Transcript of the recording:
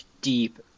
deep